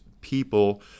people